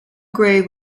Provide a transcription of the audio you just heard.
grave